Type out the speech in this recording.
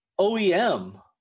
OEM –